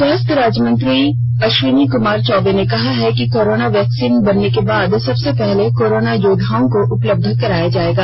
स्वास्थ्य राज्य मंत्री अश्विनी कुमार चौबे ने कहा है कि कोरोना वैक्सीन बनने के बाद सबसे पहले कोरोना योद्वाओं को उपलब्ध कराया जायेगा